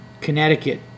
Connecticut